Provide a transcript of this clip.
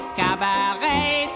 cabaret